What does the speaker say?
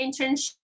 internship